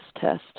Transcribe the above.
test